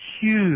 huge